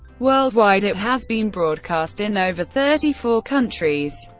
worldwide, it has been broadcast in over thirty four countries.